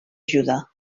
judà